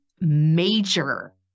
major